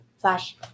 flash